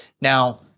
Now